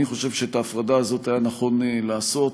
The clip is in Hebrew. אני חושב שאת ההפרדה הזאת היה נכון לעשות,